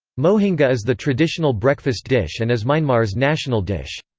mohinga is the traditional breakfast dish and is myanmar's national dish.